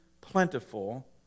plentiful